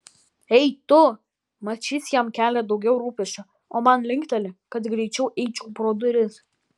ei tu mat šis jam kelia daugiau rūpesčio o man linkteli kad greičiau eičiau pro duris